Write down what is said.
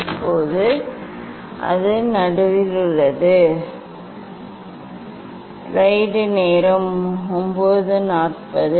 இப்போது அது நடுவில் உள்ளது